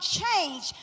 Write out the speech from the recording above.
change